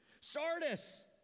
Sardis